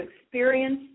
experience